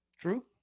True